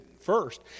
first